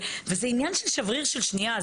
וזה עניין של שבריר של שנייה.